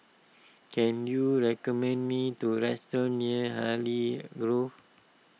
can you recommend me do restaurant near Hartley Grove